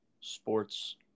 Sports